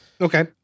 Okay